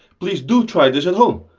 please do try this at home!